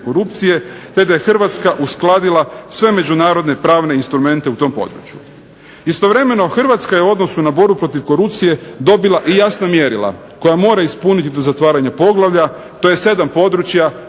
korupcije, te da je Hrvatska uskladila sve međunarodne pravne instrumente u tom području. Istovremeno Hrvatska je u odnosu na borbu protiv korupcije dobila i jasna mjerila koja mora ispuniti do zatvaranja poglavlja, to je 7 područja